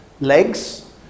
legs